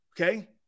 Okay